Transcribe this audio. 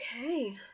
Okay